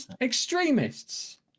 Extremists